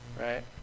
right